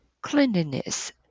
cleanliness